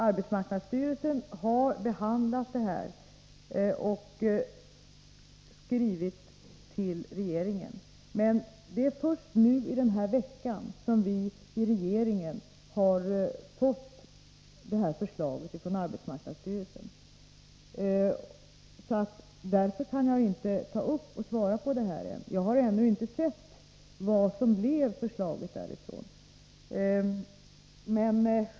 Arbetsmarknadsstyrelsen har behandlat detta och skrivit till regeringen, men det är först i denna vecka som vi har fått förslaget. Därför kan jag inte svara på detta ännu, eftersom jag inte har sett detaljerna.